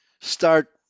start